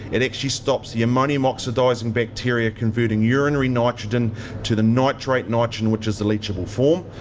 it actually stops the ammonium oxidising bacteria converting urinary nitrogen to the nitrate nitrogen, which is the leachable form.